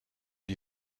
die